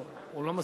לא, הוא לא מסכים.